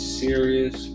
serious